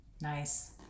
Nice